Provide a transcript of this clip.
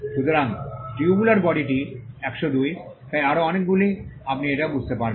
সুতরাং টিউবুলার বডিটি 102 তাই আরও অনেকগুলি আপনি এটি বুঝতে পারবেন